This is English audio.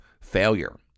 failure